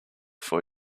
for